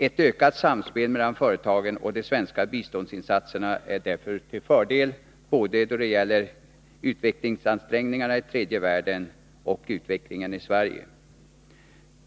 Ett ökat samspel mellan företagen och de svenska biståndsinsatserna är därför till fördel då det gäller både utvecklingsansträngningarna i tredje världen och utvecklingen i Sverige.